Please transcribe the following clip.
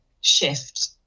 shift